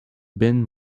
been